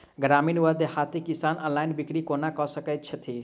ग्रामीण वा देहाती किसान ऑनलाइन बिक्री कोना कऽ सकै छैथि?